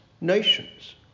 nations